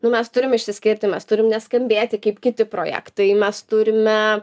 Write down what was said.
nu mes turim išsiskirti mes turim neskambėti kaip kiti projektai mes turime